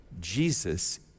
Jesus